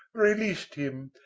released him,